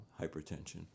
hypertension